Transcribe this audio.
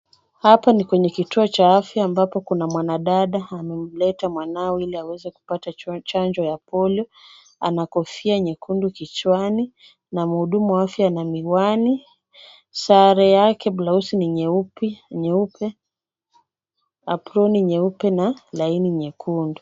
Hapa ni kwenye kituo cha afya ambapo kuna mwanadada ambaye amemleta mwanawe ili aweze kupata chanjo ya polio. Ana kofia nyekundu kichwani na mhudumu wa afya ana miwani. Sare yake blausi ni nyeupe, aproni nyeupe na laini nyekundu.